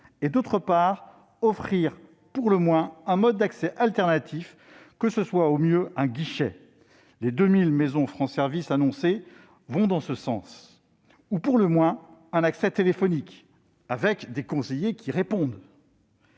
et, d'autre part, offrir un mode d'accès alternatif, au mieux un guichet- les 2 000 maisons France Services annoncées vont dans ce sens -ou, pour le moins, un accès téléphonique avec des conseillers qui répondent.